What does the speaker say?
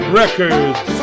records